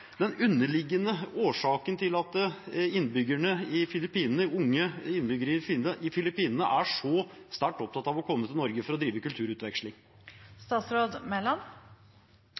den underliggende årsaken til at unge innbyggere i Filippinene er så sterkt opptatt av å komme til Norge for å drive kulturutveksling?